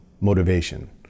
motivation